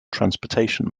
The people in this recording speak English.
transportation